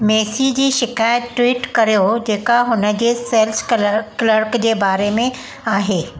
Messi जी शिक़ाइत tweet करियो जेका हुनजे सैल्स क्लर्क क्लर्क जे बारे में आहे